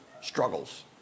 struggles